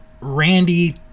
Randy